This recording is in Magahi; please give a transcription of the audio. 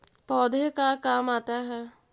पौधे का काम आता है?